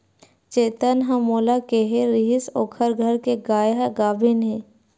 चेतन ह मोला केहे रिहिस ओखर घर के गाय ह गाभिन हे